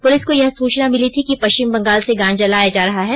police को यह सूचना मिली थी कि पश्चिम बंगाल से गांजा लाया जा रहा है